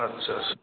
आस्सा आस्सा